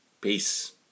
Peace